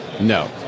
No